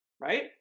right